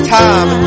time